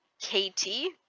Katie